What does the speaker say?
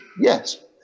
Yes